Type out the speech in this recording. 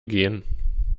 gehen